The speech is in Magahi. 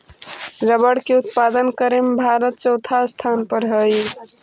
रबर के उत्पादन करे में भारत चौथा स्थान पर हई